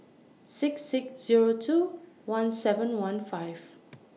six six Zero two one seven one five